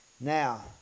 Now